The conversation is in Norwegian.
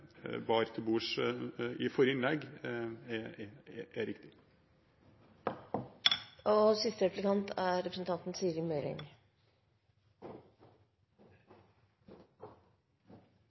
bar til bords i forrige innlegg, er riktige. Det er